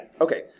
Okay